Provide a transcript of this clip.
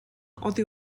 oddi